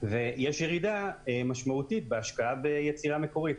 ויש ירידה משמעותית בהשקעה ביצירה מקורית.